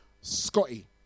Scotty